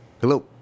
hello